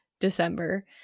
December